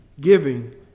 Giving